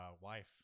wife